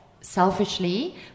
selfishly